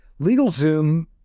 LegalZoom